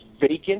vacant